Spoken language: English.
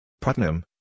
Putnam